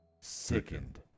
sickened